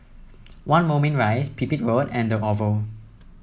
One Moulmein Rise Pipit Road and the Oval